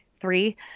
three